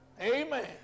Amen